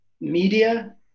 media